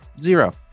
zero